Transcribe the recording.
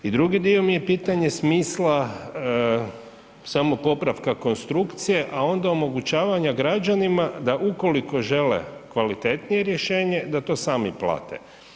I drugi dio mi je pitanje smisla samo popravka konstrukcije, a onda omogućavanja građanima da ukoliko žele kvalitetnije rješenje da to sami plate.